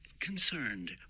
concerned